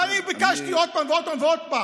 ואני ביקשתי עוד פעם ועוד פעם ועוד פעם,